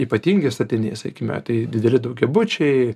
ypatingi statiniai sakime tai dideli daugiabučiai